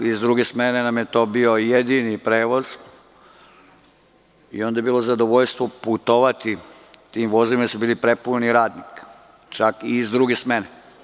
Iz druge smene nam je to bio jedini prevoz i onda je bilo zadovoljstvo putovati tim vozom jer je bio prepun radnika, čak i iz druge smene.